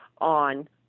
on